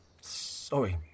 sorry